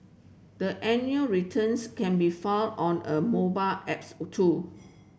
the annual returns can be filed on a mobile apps or too